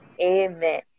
Amen